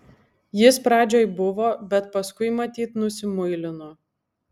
jis pradžioj buvo bet paskui matyt nusimuilino